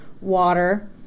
water